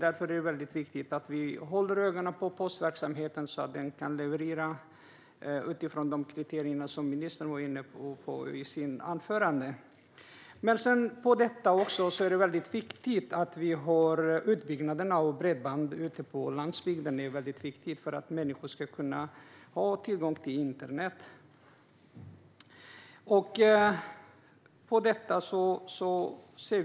Därför är det mycket viktigt att vi håller ögonen på postverksamheten, så att den kan leverera utifrån de kriterier som ministern var inne på i sitt anförande. Det är också mycket viktigt att det sker en utbyggnad av bredband på landsbygden för att människor ska kunna ha tillgång till internet.